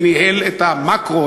זה סתם להתעמר באנשים האלה,